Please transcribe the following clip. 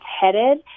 headed